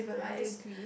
I agree